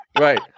right